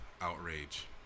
outrage